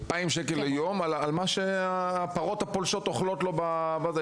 2,000 שקלים ביום על מה שהפרות הפולשות אוכלות מהשטח שלו.